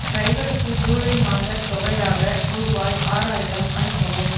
டிரைவருக்கு ஜூலை மாதத் தொகையாக ரூபாய் ஆறாயிரம் அனுப்பவும்